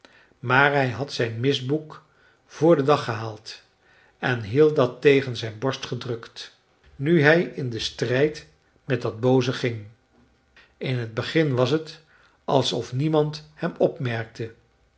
maar hij had zijn misboek voor den dag gehaald en hield dat tegen zijn borst gedrukt nu hij in den strijd met dat booze ging in t begin was het alsof niemand hem opmerkte